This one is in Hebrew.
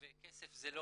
וכסף זה לא